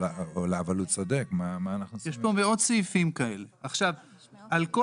אני מבין שזה לא